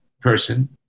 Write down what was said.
person